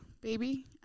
baby